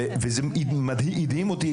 וזה הדהים אותי